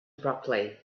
abruptly